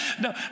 no